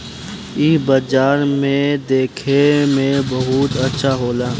इ बाजार देखे में बहुते अच्छा होला